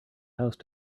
house